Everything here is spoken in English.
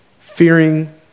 fearing